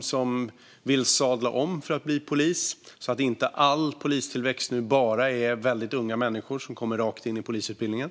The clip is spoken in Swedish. som vill sadla om och bli poliser, så att inte all polistillväxt är väldigt unga människor som kommer rakt in i polisutbildningen.